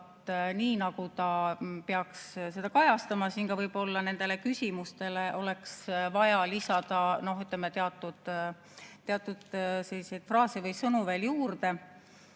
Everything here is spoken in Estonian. nii nagu ta peaks seda kajastama. Võib-olla oleks nendele küsimustele vaja lisada teatud fraase või sõnu veel juurde.